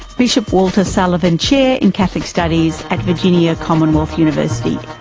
bishop walter sullivan chair in catholic studies at virginia commonwealth university.